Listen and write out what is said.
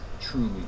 truly